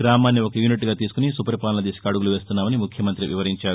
గ్రామాన్ని ఒక యూనిట్గా తీసుకుని సుపరిపాలన దిశగా అడుగులు వేస్తున్నామని ముఖ్యమంతి వివరించారు